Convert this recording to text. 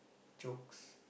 jokes